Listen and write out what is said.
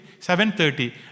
7.30